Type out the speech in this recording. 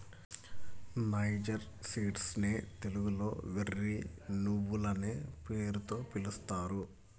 niger seeds నే తెలుగులో వెర్రి నువ్వులనే పేరుతో పిలుస్తారు